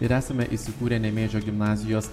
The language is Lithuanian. ir esame įsikūrę nemėžio gimnazijos